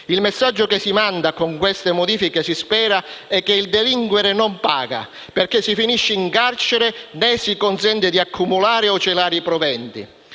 Il messaggio lanciato con queste modifiche, si spera, è che il delinquere non paga, perché si finisce in carcere né si consente di accumulare o celare i proventi.